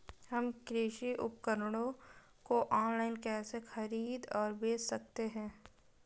हम कृषि उपकरणों को ऑनलाइन कैसे खरीद और बेच सकते हैं?